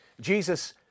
Jesus